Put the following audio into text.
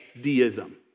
deism